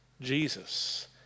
Jesus